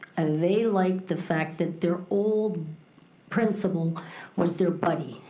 and they liked the fact that their old principal was their buddy.